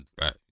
Right